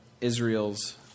Israel's